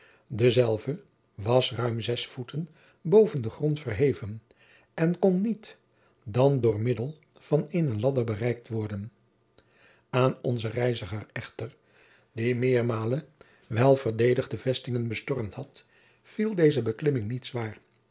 dezelve was ruim zes voeten boven den grond verheven en kon niet dan door middel van eenen ladder bereikt worden aan onzen reiziger echter die meermalen welverdedigde vestingen bestormd had viel deze beklimming niet zwaar